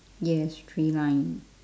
yes three line